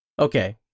Okay